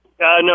No